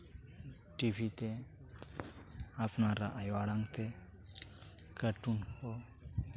TV ᱛᱮ ᱟᱯᱱᱟᱨᱟᱜ ᱟᱭᱳ ᱟᱲᱟᱝ ᱛᱮ ᱠᱟᱨᱴᱩᱱ ᱠᱚ